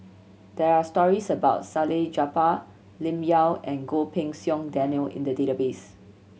there are stories about Salleh Japar Lim Yau and Goh Pei Siong Daniel in the database